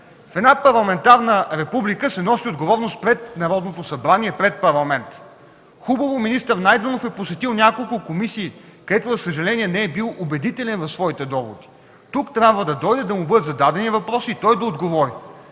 В една парламентарна република се носи отговорност пред Народното събрание, пред Парламента. Хубаво, министър Найденов е посетил няколко комисии, където, за съжаление, не е бил убедителен в своите доводи. Той трябва да дойде тук, да му бъдат зададени въпроси и той да отговори